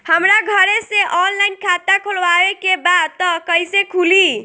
हमरा घरे से ऑनलाइन खाता खोलवावे के बा त कइसे खुली?